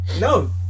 No